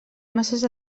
massa